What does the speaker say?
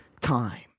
time